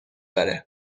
داره